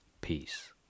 Peace